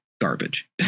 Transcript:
garbage